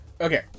Okay